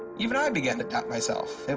even i began to doubt myself.